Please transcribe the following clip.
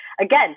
again